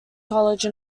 college